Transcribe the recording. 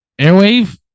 Airwave